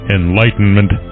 enlightenment